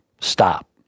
stop